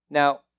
Now